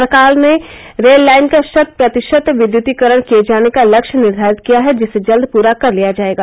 सरकार ने rail line का शत् प्रतिशत विद्युतीकरण किये जाने का लक्ष्य निर्धारित किया है जिसे जल्द पूरा कर लिया जायेगा